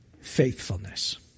faithfulness